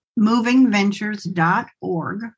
movingventures.org